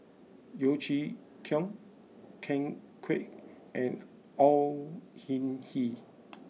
Yeo Chee Kiong Ken Kwek and Au Hing Yee